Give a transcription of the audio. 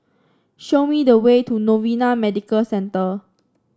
show me the way to Novena Medical Centre